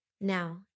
Now